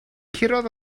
curodd